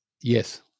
Yes